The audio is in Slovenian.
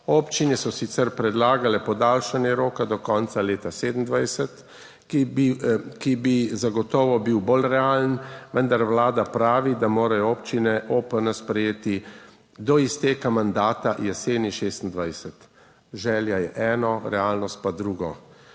Občine so sicer predlagale podaljšanje roka do konca leta 2027, ki bi zagotovo bil bolj realen, vendar Vlada pravi, da morajo občine OPN sprejeti do izteka mandata jeseni 2026. Želja je eno, realnost pa drugo.